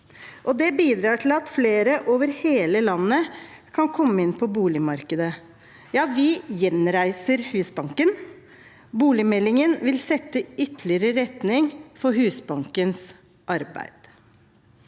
Det bidrar til at flere over hele landet kan komme inn på boligmarkedet. Ja, vi gjenreiser Husbanken. Boligmeldingen vil sette ytterligere retning for Husbankens arbeid.